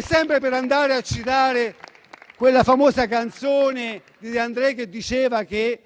Sempre per andare a citare quella famosa canzone di De Andrè, che diceva che